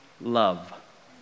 love